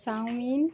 chowmein